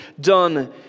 done